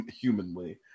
humanly